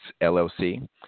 LLC